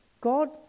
God